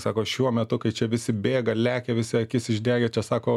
sako šiuo metu kai čia visi bėga lekia visi akis išdegę čia sako